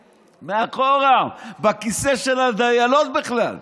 מאחורה, בכיסא של הדיילות בכלל.